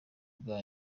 bwa